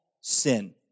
Sin